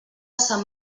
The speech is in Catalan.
sant